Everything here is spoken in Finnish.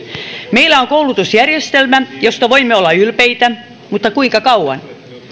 meillä on koulutusjärjestelmä josta voimme olla ylpeitä mutta kuinka kauan